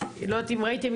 אני לא יודעת אם ראיתם,